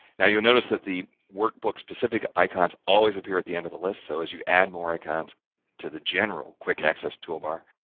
now, you'll notice that the workbook specific icons always appear at the end of the list. so as you add more icons to the general quick access toolbar,